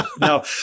No